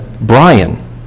Brian